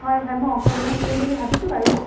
হয় হয় মই অংশগ্ৰহণ কৰিম বুলি ভাবিছোঁ বাৰু